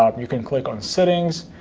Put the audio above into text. um you can click on settings,